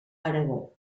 aragó